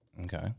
Okay